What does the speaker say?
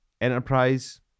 Enterprise